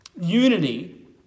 unity